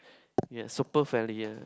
ya super friendly ah